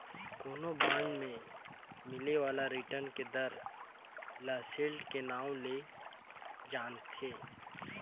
कोनो बांड मे मिले बाला रिटर्न के दर ल सील्ड के नांव ले जानथें